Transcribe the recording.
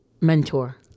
mentor